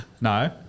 No